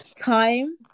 Time